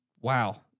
wow